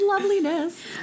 Loveliness